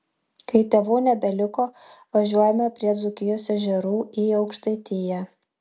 kai tėvų nebeliko važiuojame prie dzūkijos ežerų į aukštaitiją